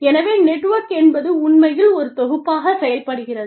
எனவே நெட்வொர்க் என்பது உண்மையில் ஒரு தொகுப்பாகச் செயல்படுகிறது